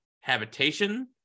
habitation